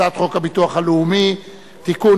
הצעת חוק הביטוח הלאומי (תיקון,